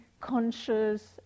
conscious